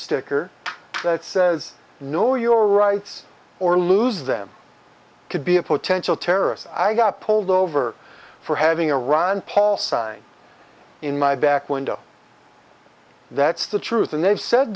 sticker that says know your rights or lose them could be a potential terrorist i got pulled over for having a ron paul sign in my back window that's the truth and they've said